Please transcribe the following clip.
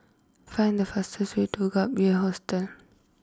find the fastest way to Gap year Hostel